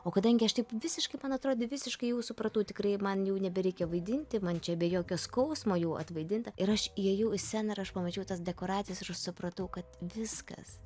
o kadangi aš taip visiškai man atrodė visiškai jau supratau tikrai man jau nebereikia vaidinti man čia be jokio skausmo jau atvaidinta ir aš įėjau į sceną ir aš pamačiau tas dekoracijas ir aš supratau kad viskas